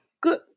Good